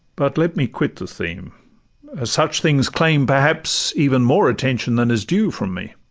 but let me quit the theme as such things claim perhaps even more attention than is due from me